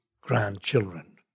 grandchildren